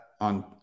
on